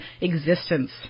existence